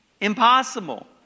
impossible